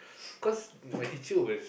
cause my teacher was